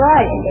Right